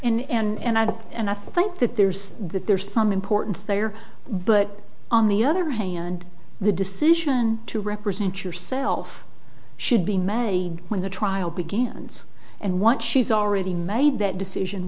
testimony and i did and i think that there's that there's some importance they are but on the other hand the decision to represent yourself should be made when the trial began and what she's already made that decision